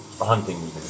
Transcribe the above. hunting